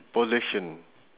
possession